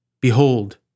Behold